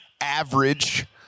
average